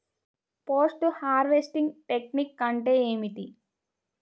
Post harvesting technique అంటే ఏమిటీ?